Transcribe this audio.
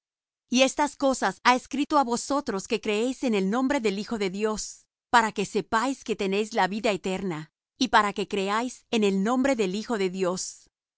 vida estas cosas he escrito á vosotros que creéis en el nombre del hijo de dios para que sepáis que tenéis vida eterna y para que creáis en el nombre del hijo de dios